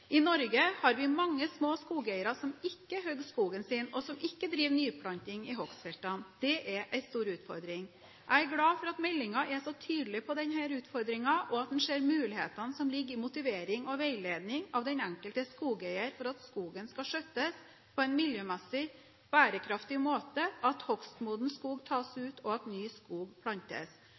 I Norge har vi mange små skogeiere som ikke hugger skogen sin, og som ikke driver nyplanting i hogstfeltene. Det er en stor utfordring. Jeg er glad for at meldingen er så tydelig på denne utfordringen, og at en ser mulighetene som ligger i motivering og veiledning av den enkelte skogeier for at skogen skal skjøttes på en miljømessig bærekraftig måte, at hogstmoden skog tas ut, og at ny skog plantes.